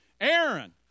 Aaron